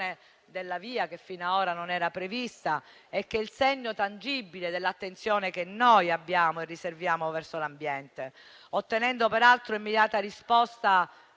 della via che finora non era prevista e che è il segno tangibile dell'attenzione che abbiamo e riserviamo verso l'ambiente, ottenendo peraltro immediata risposta